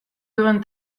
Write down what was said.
duen